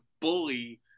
bully